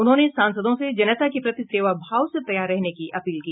उन्होंने सांसदों से जनता के प्रति सेवा भाव से तैयार रहने की अपील की